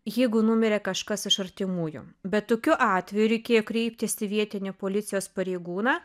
jeigu numirė kažkas iš artimųjų bet tokiu atveju reikėjo kreiptis į vietinį policijos pareigūną